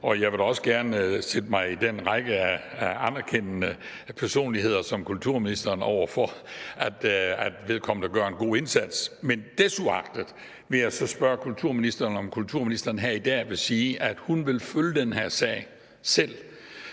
og jeg vil da også gerne stille mig op i den række af anerkendende personligheder over for kulturministeren og sige, at vedkommende gør en god indsats. Men desuagtet vil jeg så spørge kulturministeren, om kulturministeren her i dag vil sige, at hun vil følge den her sag selv,